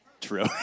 true